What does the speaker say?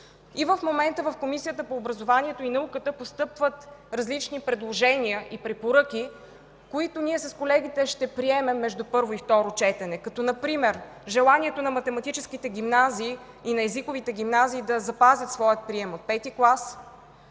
И в момента в Комисията по образованието и науката постъпват различни предложения и препоръки, които с колегите ще приемем между първо и второ четене. Например желанието на математическите и на езиковите гимназии да запазят своя прием от 5-и клас,